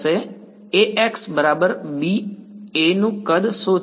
My Axb A નું કદ શું છે